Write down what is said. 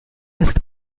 ist